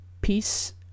Peace